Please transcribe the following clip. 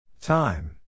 Time